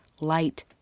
light